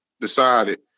decided